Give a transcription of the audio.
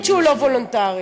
זה נתון בוויכוח.